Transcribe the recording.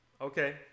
Okay